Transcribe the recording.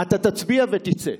אתה תצביע ותצא.